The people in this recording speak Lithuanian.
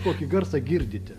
kokį garsą girdite